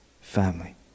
family